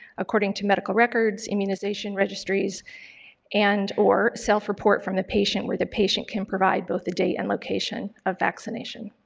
according to medical records, immunization registries and, or self-report from the patient where the patient can provide both the date and location of vaccination.